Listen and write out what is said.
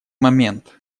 момент